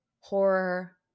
horror